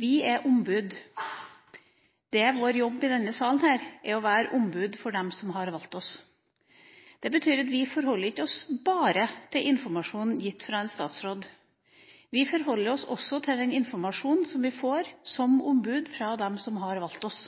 Vi er ombud, og vår jobb i denne salen er å være ombud for dem som har valgt oss. Det betyr at vi ikke forholder oss bare til informasjon gitt fra en statsråd. Vi forholder oss også til den informasjonen vi som ombud får fra dem som har valgt oss.